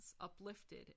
uplifted